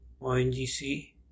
ONGC